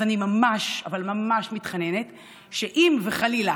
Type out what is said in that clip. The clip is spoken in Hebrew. אז אני ממש, אבל ממש מתחננת שאם וחלילה